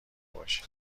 باشی